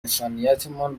انسانیتمان